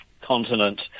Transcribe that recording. continent